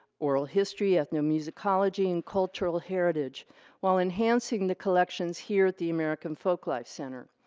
oral history, ethnomusicology and cultural heritage while enhancing the collections here at the american folklife center.